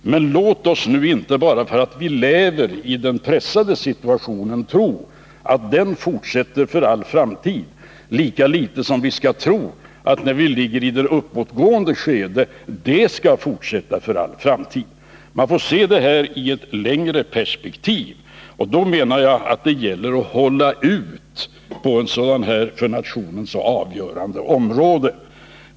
Låt oss inte, bara för att vi nu befinner oss i en pressad situation, tro att den fortsätter i all framtid, lika litet som vi när vi befinner oss i ett uppåtgående skede skall tro att det skall fortsätta för all framtid! Man får se det här i ett längre perspektiv. Det gäller att hålla ut på ett sådant här för nationen så avgörande område.